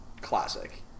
Classic